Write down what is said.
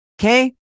Okay